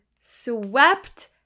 swept